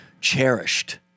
cherished